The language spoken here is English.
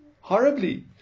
horribly